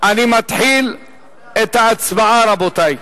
אני מתחיל את ההצבעה, רבותי.